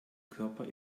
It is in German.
körper